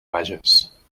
bages